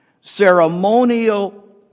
ceremonial